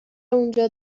اونجا